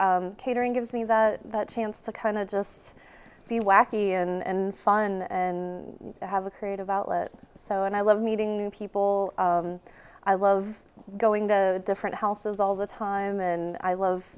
with catering gives me that that chance to kind of just be wacky and fun and have a creative outlet so and i love meeting people i love going to different houses all the time and i love